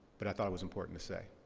but i thought it was important to say.